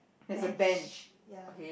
bench ya